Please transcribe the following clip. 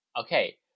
Okay